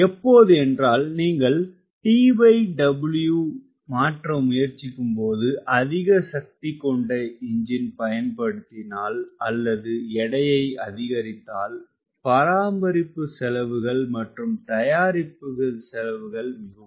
எப்போது என்றால் நீங்கள் TW மாற்ற முயற்சிக்கும் போது அதிக சக்தி கொண்ட எஞ்சின் பயன்படுத்தினால் அல்லது எடை அதிகரித்ததால் பராமரிப்பு செலவுகள் மற்றும் தயாரிப்பு செலவுகள் மிகும்